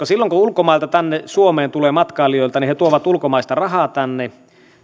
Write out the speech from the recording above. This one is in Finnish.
silloin kun ulkomailta tänne suomeen tulee matkailijoita he tuovat ulkomaista rahaa tänne